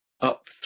up